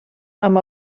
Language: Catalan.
amb